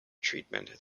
treatment